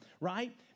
right